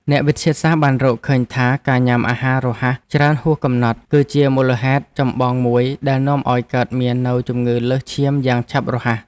អ្នកវិទ្យាសាស្ត្របានរកឃើញថាការញ៉ាំអាហាររហ័សច្រើនហួសកំណត់ គឺជាមូលហេតុចម្បងមួយដែលនាំឲ្យកើតមាននូវជំងឺលើសឈាមយ៉ាងឆាប់រហ័ស។